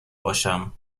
باشم